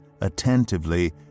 attentively